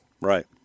Right